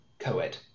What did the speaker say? co-ed